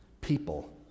people